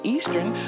Eastern